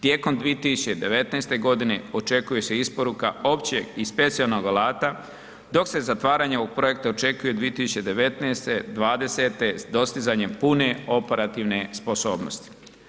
Tijekom 2019. godine očekuje se isporuka opće i specijalnog alata dok se zatvaranje ovog projekta očekuje 2019., '20. dostizanjem pune operativne sposobnosti.